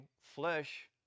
flesh